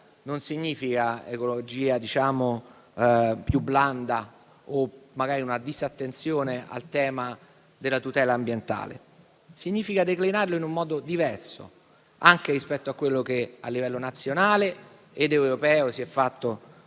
non significa però un'ecologia più blanda o una disattenzione al tema della tutela ambientale. Significa invece declinarla in un modo diverso, anche rispetto a quello che a livello nazionale ed europeo si è fatto